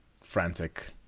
frantic